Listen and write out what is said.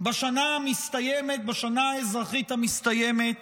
בשנה האזרחית המסתיימת